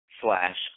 slash